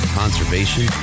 conservation